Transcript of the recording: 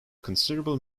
considerable